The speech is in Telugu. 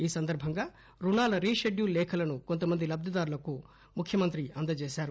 ఈ సందర్భంగా రుణాల రీ షెడ్యూల్ లేఖలను కొంతమంది లబ్దిదారులకు ముఖ్యమంత్రి అందజేశారు